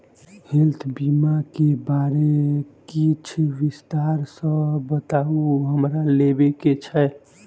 Health बीमा केँ बारे किछ विस्तार सऽ बताउ हमरा लेबऽ केँ छयः?